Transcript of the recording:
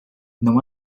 não